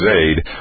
aid